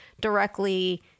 directly